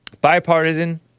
Bipartisan